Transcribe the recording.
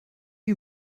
you